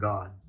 God